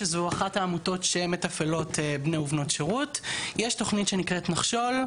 שזו אחת העמותות שמתפעלות בני ובנות שירות יש תוכנית שנקראת נחשול,